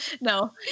No